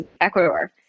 Ecuador